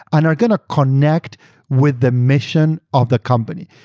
and are going to connect with the mission of the company.